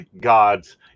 Gods